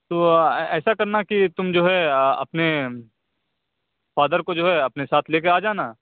تو ایسا کرنا کہ تم جو ہے اپنے فادر کو جو ہے اپنے ساتھ لے کے آ جانا